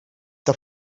the